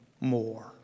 more